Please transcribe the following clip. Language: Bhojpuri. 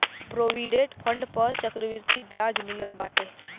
प्रोविडेंट फण्ड पअ चक्रवृद्धि बियाज मिलत बाटे